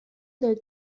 del